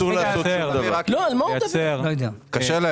קראתי